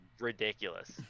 ridiculous